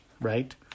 Right